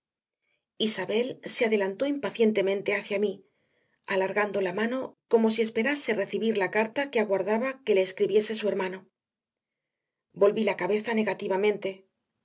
isabel se adelantó impacientemente hacia mí alargando la mano como si esperase recibir la carta que aguardaba que le escribiese su hermano volví la cabeza negativamente